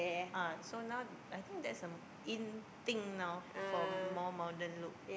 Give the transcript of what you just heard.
ah so now I think that's a in thing now for more modern look